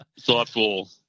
thoughtful